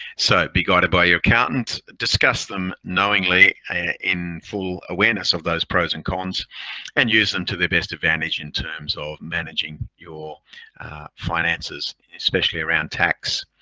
so be guided by your accountant. discuss them knowingly in full awareness of those pros and cons and use them to their best advantage in terms of managing your finances, especially around tax.